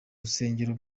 rusengero